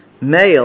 Male